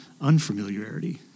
unfamiliarity